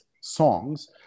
songs